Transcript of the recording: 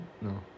no